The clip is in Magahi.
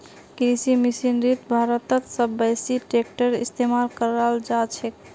कृषि मशीनरीत भारतत सब स बेसी ट्रेक्टरेर इस्तेमाल कराल जाछेक